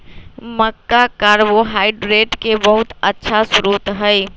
मक्का carbohydrate के बहुत अच्छा स्रोत हई